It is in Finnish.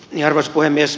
arvoisa puhemies